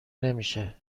نمیشه